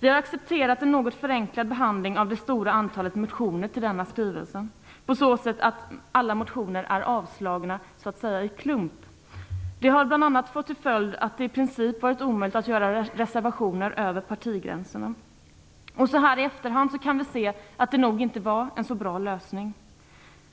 Vi har accepterat en något förenklad behandling av det stora antalet motioner med anledning av skrivelsen, på så sätt att alla motioner har avslagits i klump. Det har bl.a. fått till följd att det i princip har varit omöjligt med reservationer över partigränserna. Så här i efterhand kan vi se att det nog inte var en så bra lösning.